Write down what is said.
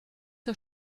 der